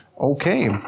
Okay